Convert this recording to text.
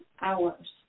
hours